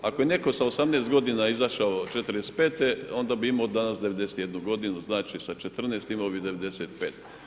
Ako je netko sa 18 godina izašao '45 onda bi imao danas 91 godinu, znači sa 14 imao bi 95.